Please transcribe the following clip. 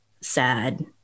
sad